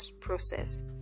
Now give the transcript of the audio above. process